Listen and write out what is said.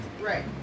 Right